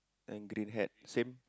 and green hat same